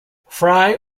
frye